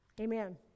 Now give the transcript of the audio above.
Amen